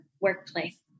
workplace